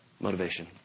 motivation